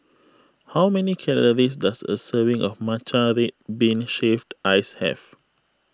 how many calories does a serving of Matcha Red Bean Shaved Ice have